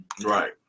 right